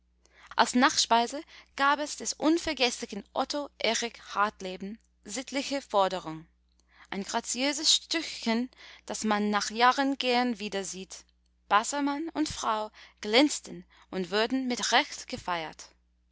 als nachspeise gab es des unvergeßlichen otto erich hartleben sittliche forderung ein graziöses stückchen das man nach jahren gern wiedersieht bassermann und frau glänzten und wurden mit recht gefeiert